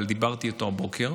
אבל דיברתי איתו הבוקר,